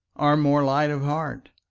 or more light of heart.